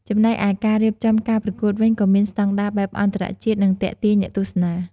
ចំណែកឯការរៀបចំការប្រកួតវិញក៏មានស្តង់ដារបែបអន្តរជាតិ និងទាក់ទាញអ្នកទស្សនា។